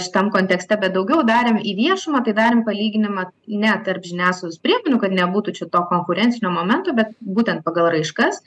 šitam kontekste bet daugiau darėm į viešumą tai darėm palyginimą ne tarp žiniasklaidos priemonių kad nebūtų čia to konkurencinių momentų bet būtent pagal raiškas